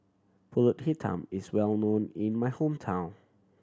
Pulut Hitam is well known in my hometown